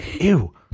Ew